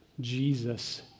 Jesus